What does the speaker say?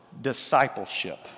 discipleship